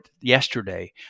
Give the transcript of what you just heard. yesterday